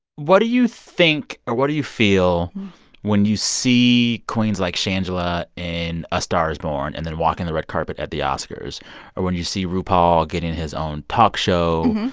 what do you think or what do you feel when you see queens like shangela in a star is born and then walking the red carpet at the oscars or when you see rupaul getting his own talk show?